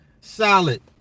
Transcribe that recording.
solid